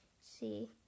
see